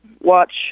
watch